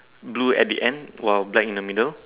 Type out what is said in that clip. blue at the end while black in the middle